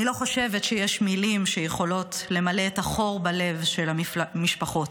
אני לא חושבת שיש מילים שיכולות למלא את החור בלב של המשפחות.